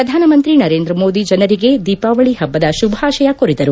ಪ್ರಧಾನಮಂತ್ರಿ ನರೇಂದ್ರ ಮೋದಿ ಜನರಿಗೆ ದೀಪಾವಳಿ ಹಬ್ಬದ ಶುಭಾಶಯ ಕೋರಿದರು